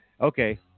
Okay